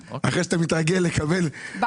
אחרי שאתה מתרגל לקבל, אתה מקבל משהו אחר.